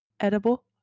edible